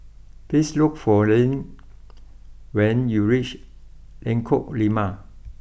please look for Lynne when you reach Lengkok Lima